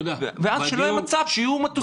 ואז שלא יהיה מצב שיהיו מטוסים ריקים.